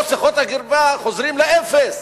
פה שיחות הקרבה, חוזרים לאפס